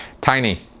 Tiny